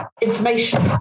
information